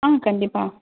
ஆ கண்டிப்பாக